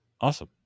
Awesome